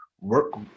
work